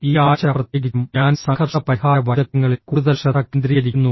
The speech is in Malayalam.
ഈ ആഴ്ച പ്രത്യേകിച്ചും ഞാൻ സംഘർഷ പരിഹാര വൈദഗ്ധ്യങ്ങളിൽ കൂടുതൽ ശ്രദ്ധ കേന്ദ്രീകരിക്കുന്നു